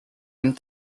went